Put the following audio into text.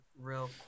Real